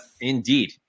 indeed